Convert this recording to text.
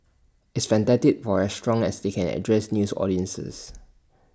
it's fantastic for restaurants as they can address news audiences